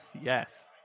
yes